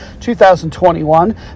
2021